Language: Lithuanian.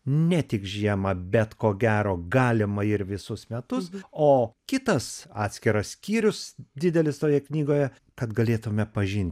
ne tik žiemą bet ko gero galima ir visus metus o kitas atskiras skyrius didelis toje knygoje kad galėtumėme pažinti